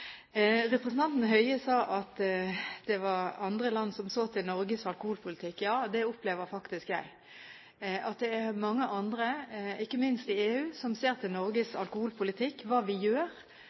Representanten Høie sa at det var andre land som så til Norges alkoholpolitikk. Ja, det opplever faktisk jeg. Det er mange andre, ikke minst i EU, som ser til Norges alkoholpolitikk og hva vi gjør,